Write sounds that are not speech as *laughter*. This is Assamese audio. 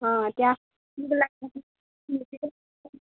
অঁ এতিয়া *unintelligible*